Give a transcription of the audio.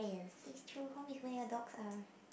it's true home is where your dogs are